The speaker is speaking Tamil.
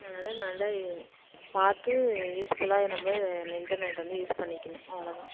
அதனால நல்ல பார்த்து யூஸ்ஃபுல்லாக நம்ம நி இன்டர்நெட் வந்து யூஸ் பண்ணிக்கணும் அவ்வளோ தான்